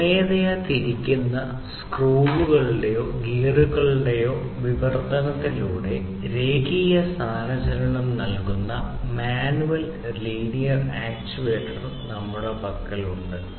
സ്വമേധയാ തിരിക്കുന്ന സ്ക്രൂകളുടേയോ ഗിയറുകളുടേയോ വിവർത്തനത്തിലൂടെ രേഖീയ സ്ഥാനചലനം നൽകുന്ന മാനുവൽ ലീനിയർ ആക്യുവേറ്റർ നമ്മളുടെ പക്കലുണ്ട്